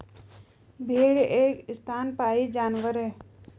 भेड़ एक स्तनपायी जानवर है